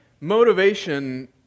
Motivation